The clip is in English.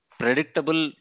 predictable